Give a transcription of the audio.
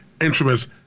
instruments